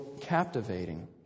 captivating